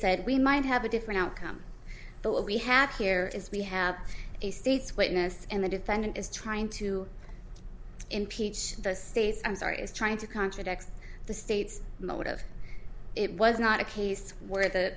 said we might have a different outcome but what we have here is we have a state's witness and the defendant is trying to impeach the state's answer is trying to contradict the state's motive it was not a case where the